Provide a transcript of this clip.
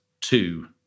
two